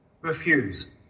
Refuse